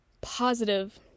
positive